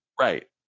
Right